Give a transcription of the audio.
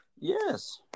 Yes